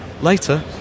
later